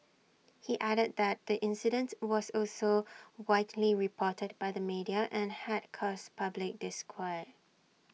he added that the incident was also widely reported by the media and had caused public disquiet